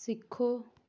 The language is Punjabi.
ਸਿੱਖੋ